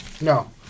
No